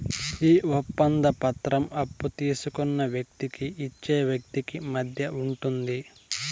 ఈ ఒప్పంద పత్రం అప్పు తీసుకున్న వ్యక్తికి ఇచ్చే వ్యక్తికి మధ్య ఉంటుంది